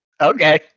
okay